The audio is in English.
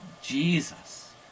Jesus